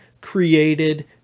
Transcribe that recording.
created